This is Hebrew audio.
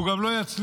והוא גם לא יצליח,